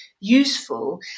useful